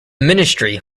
ministry